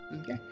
Okay